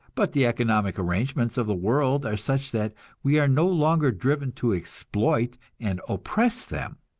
but the economic arrangements of the world are such that we are no longer driven to exploit and oppress them.